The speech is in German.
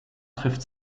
trifft